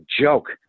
joke